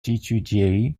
étudiés